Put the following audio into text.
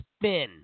spin